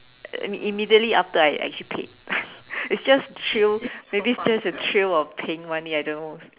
immediately after I actually paid it's just thrill maybe it's just thrill of paying money I don't know